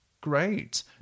great